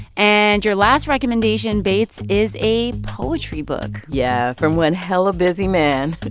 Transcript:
and your last recommendation, bates, is a poetry book yeah, from one hella-busy man. but